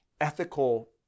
ethical